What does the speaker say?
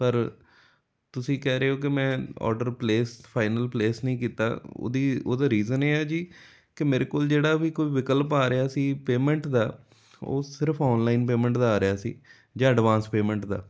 ਪਰ ਤੁਸੀਂ ਕਹਿ ਰਹੇ ਹੋ ਕਿ ਮੈਂ ਔਡਰ ਪਲੇਸ ਫਾਈਨਲ ਪਲੇਸ ਨਹੀਂ ਕੀਤਾ ਉਹਦੀ ਉਹਦਾ ਰੀਜ਼ਨ ਇਹ ਹੈ ਜੀ ਕਿ ਮੇਰੇ ਕੋਲ ਜਿਹੜਾ ਵੀ ਕੋਈ ਵਿਕਲਪ ਆ ਰਿਹਾ ਸੀ ਪੇਮੈਂਟ ਦਾ ਉਹ ਸਿਰਫ ਔਨਲਾਈਨ ਪੇਮੈਂਟ ਦਾ ਆ ਰਿਹਾ ਸੀ ਜਾਂ ਐਡਵਾਂਸ ਪੇਮੈਂਟ ਦਾ